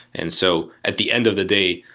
and so at the end of the day,